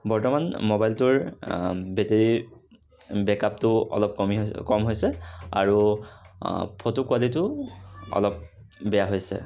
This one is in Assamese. বৰ্তমান মোবাইলটোৰ বেটেৰীৰ বেক আপটো অলপ কমি হৈছে কম হৈছে আৰু ফটোৰ কোৱালিটীও অলপ বেয়া হৈছে